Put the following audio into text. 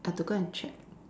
I have to go and check